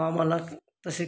आम्हाला तसे